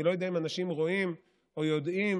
אני לא יודע אם אנשים רואים או יודעים